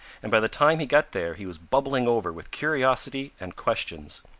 and by the time he got there he was bubbling over with curiosity and questions.